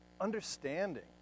understanding